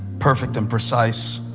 perfect and precise